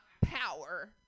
power